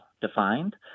defined